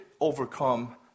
overcome